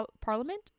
Parliament